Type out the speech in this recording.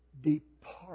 Depart